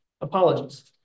apologies